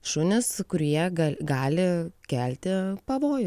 šunys kurie gali kelti pavojų